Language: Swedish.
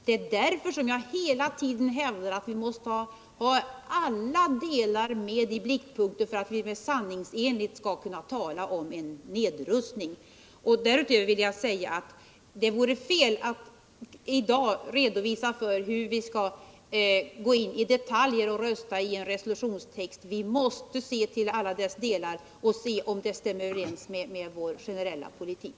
Det är därför som jag hela tiden hävdar att vi måste ha alla delar med i blickfältet för att vi sanningsenligt skall kunna tala om en nedrustning. Därutöver vill jag säga att det vore fel att i dag redovisa hur vi i detalj skall rösta när det gäller en resolutionstext — vi måste se till alla dess delar och se om de stämmer överens med vår generella politik.